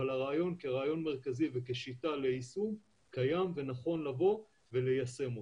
אבל הרעיון כרעיון מרכזי וכשיטה ליישום קיים ונכון לבוא וליישם אותו.